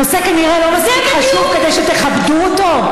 הנושא כנראה לא מספיק חשוב כדי שתכבדו אותו?